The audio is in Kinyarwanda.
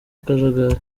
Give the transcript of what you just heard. akajagari